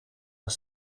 are